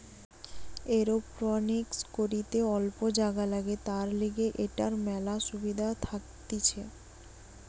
aeroponics করিতে অল্প জাগা লাগে, তার লিগে এটার মেলা সুবিধা থাকতিছে